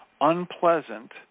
unpleasant